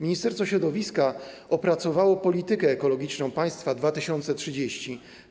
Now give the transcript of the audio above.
Ministerstwo Środowiska opracowało „Politykę ekologiczną państwa 2030”